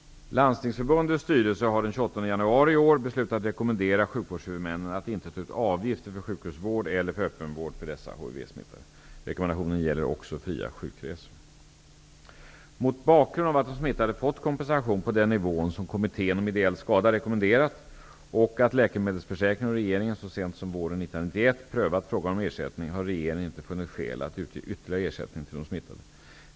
Landstingsförbundets styrelse har den 28 januari i år beslutat rekommendera sjukvårdshuvudmännen att inte ta ut avgifter för sjukhusvård eller för öppenvård för dessa hivsmittade. Mot bakgrund av att de smittade fått kompensation på den nivå som Kommittén om ideell skada rekommenderat och att Läkemedelsförsäkringen och regeringen så sent som våren 1991 prövat frågan om ersättning har regeringen inte funnit skäl att utge ytterligare ersättning till de smittade.